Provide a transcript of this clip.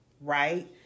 Right